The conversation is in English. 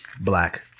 black